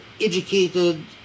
educated